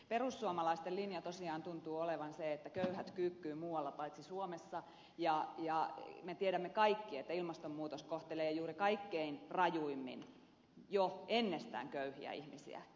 perussuomalaisten linja tosiaan tuntuu olevan se että köyhät kyykkyyn muualla paitsi suomessa ja me tiedämme kaikki että ilmastonmuutos kohtelee kaikkein rajuimmin juuri jo ennestään köyhiä ihmisiä